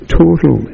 total